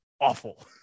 awful